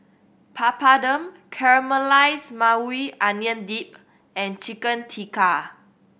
Papadum Caramelized Maui Onion Dip and Chicken Tikka